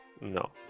No